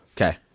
Okay